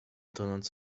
tonąc